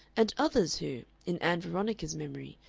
and others who, in ann veronica's memory,